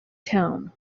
town